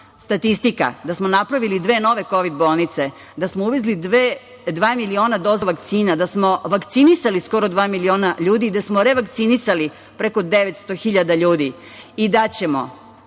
Statistika. Napravili smo dve nove kovid bolnice, da smo uvezli dva miliona doza vakcina, da smo vakcinisali skoro dva miliona ljudi, da smo revakcinisali preko 900 hiljada ljudi i da ćemo